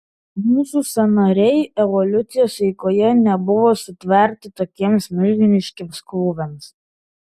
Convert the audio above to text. mūsų sąnariai evoliucijos eigoje nebuvo sutverti tokiems milžiniškiems krūviams